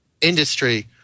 industry